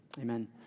Amen